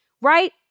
Right